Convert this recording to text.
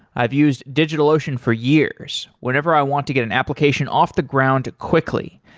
i've used digitalocean for years, whenever i want to get an application off the ground quickly.